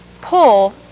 pull